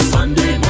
Sunday